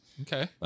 Okay